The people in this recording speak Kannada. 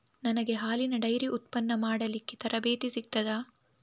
ನನಗೆ ಹಾಲಿನ ಡೈರಿ ಉತ್ಪನ್ನ ಮಾಡಲಿಕ್ಕೆ ತರಬೇತಿ ಸಿಗುತ್ತದಾ?